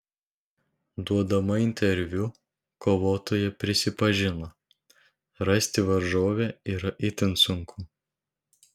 duodama interviu kovotoja prisipažino rasti varžovę yra itin sunku